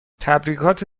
تبریکات